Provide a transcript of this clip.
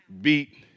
beat